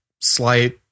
slight